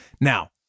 Now